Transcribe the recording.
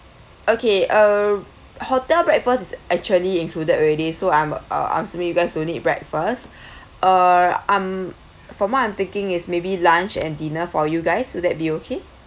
okay uh hotel breakfast is actually included already so I'm uh I'm sorry you guys don't need breakfast uh I'm from what I'm thinking is maybe lunch and dinner for you guys will that be okay